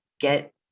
get